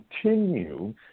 continue